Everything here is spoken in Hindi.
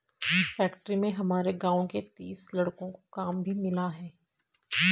फैक्ट्री में हमारे गांव के तीस लड़कों को काम भी मिला है